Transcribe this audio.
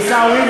עיסאווי,